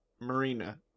marina